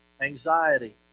anxiety